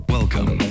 Welcome